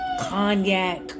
Cognac